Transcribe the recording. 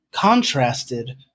contrasted